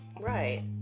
Right